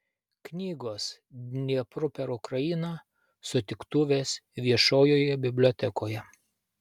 knygos dniepru per ukrainą sutiktuvės viešojoje bibliotekoje